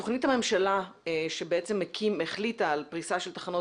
תוכנית הממשלה שהחליטה על פריסה של תחנות